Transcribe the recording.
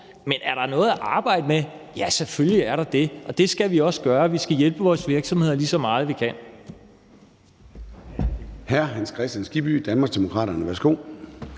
Men er der noget at arbejde med? Ja, selvfølgelig er der det, og det skal vi også gøre. Vi skal hjælpe vores virksomheder lige så meget, vi kan.